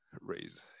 raise